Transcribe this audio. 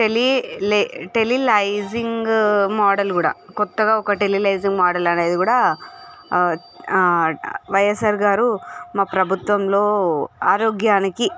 tele లే tele లెజింగ్ model కూడా కొత్తగా ఒక టెలీ లెజింగ్ మోడల్ అనేది కూడా అ ఆ వైఎస్ఆర్ గారు మా ప్రభుత్వంలో ఆరోగ్యానికి